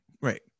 Right